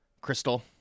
Crystal